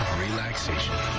relaxation.